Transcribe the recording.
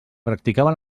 practicava